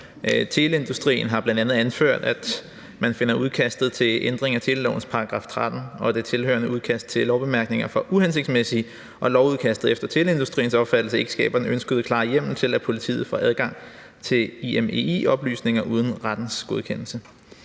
Teleindustrien har bl.a. anført, at man finder udkastet til ændring af telelovens § 13 og det tilhørende udkast til lovbemærkninger for uhensigtsmæssige, og at lovudkastet efter Teleindustriens opfattelse ikke skaber den ønskede klare hjemmel til, at politiet får adgang til IMEI-oplysninger uden rettens godkendelse.